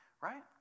right